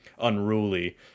unruly